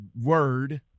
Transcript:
word